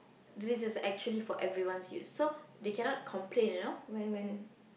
this is actually for everyone's use so they cannot complain you know when when